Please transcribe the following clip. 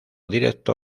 directo